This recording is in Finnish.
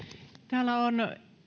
täällä on